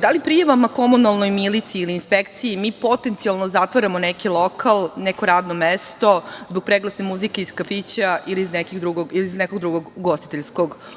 Da li prijavama komunalnoj miliciji ili inspekciji mi potencijalno zatvaramo neki lokal, neko radno mesto, zbog preglasne muzike iz kafića ili iz nekog drugog ugostiteljskog objekta?